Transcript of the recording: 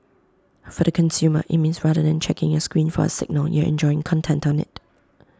for the consumer IT means rather than checking your screen for A signal you're enjoying content on IT